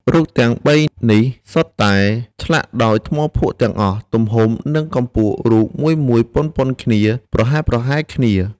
រូបទាំង ៣ នេះសុទ្ធតែឆ្លាក់ដោយថ្មភក់ទាំងអស់ ទំហំនិងកម្ពស់រូបមួយៗ ប៉ុនៗគ្នា ប្រហែលៗគ្នា